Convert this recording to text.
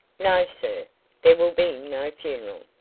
no, sir there will be no funeral.